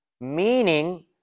Meaning